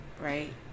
right